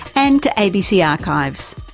and to abc archives.